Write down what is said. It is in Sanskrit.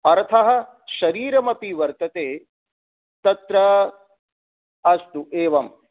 अर्थः शरीरमपि वर्तते तत्र अस्तु एवं